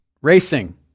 Racing